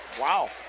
Wow